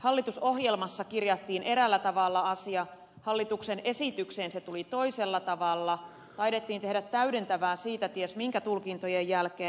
hallitusohjelmassa kirjattiin eräällä tavalla asia hallituksen esitykseen se tuli toisella tavalla taidettiin tehdä täydentävää siitä ties minkä tulkintojen jälkeen